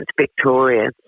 Victoria